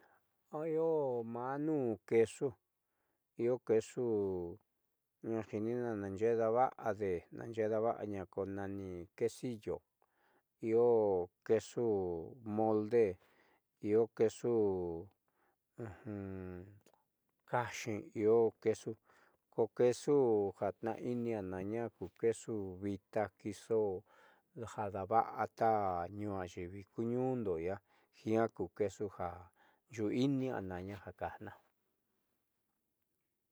Io maa nuun queso axiinina naaxee daava'ade naaxeé daava'aña ko nani quesillo io queso ja tnaai'ini adaaña kuqueso vita queso ja ji'aa kuqueso ja yuui'inina adaaña ja kajna.